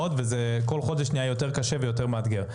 וכל חודש זה נהיה יותר קשה ויותר מאתגר.